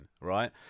right